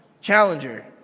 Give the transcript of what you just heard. Challenger